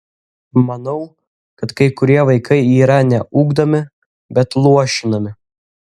manau kad kai kurie vaikai yra ne ugdomi bet luošinami